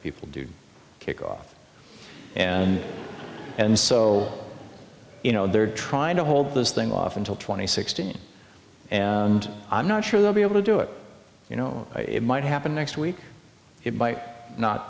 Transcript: people do kick off and and so you know they're trying to hold those things off until two thousand and sixteen and i'm not sure they'll be able to do it you know it might happen next week it might not